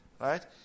right